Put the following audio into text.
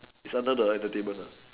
it's under the entertainment